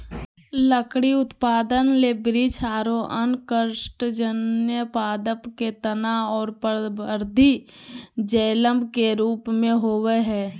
लकड़ी उत्पादन ले वृक्ष आरो अन्य काष्टजन्य पादप के तना मे परवर्धी जायलम के रुप मे होवअ हई